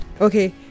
Okay